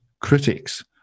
critics